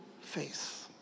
faith